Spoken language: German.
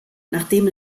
nachdem